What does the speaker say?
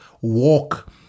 walk